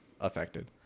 affected